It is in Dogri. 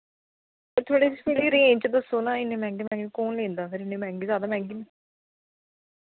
थोह्ड़ी रेंज दस्सो ना इन्ने मैंह्गे मैंह्गे कौन लेंदा सर इ'न्ने मैंह्गे ज्यादा मैंह्गे